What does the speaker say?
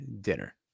dinner